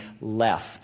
left